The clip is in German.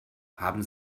haben